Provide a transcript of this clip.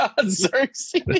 Xerxes